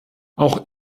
auch